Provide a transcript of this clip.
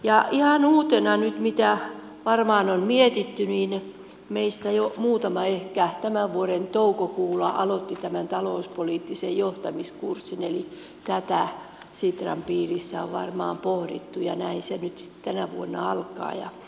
nyt ihan uutena mitä varmaan on mietitty meistä jo muutama ehkä tämän vuoden toukokuulla aloitti tämän talouspoliittisen johtamiskurssin eli tätä sitran piirissä on varmaan pohdittu ja näin se nyt sitten tänä vuonna alkaa